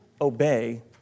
Obey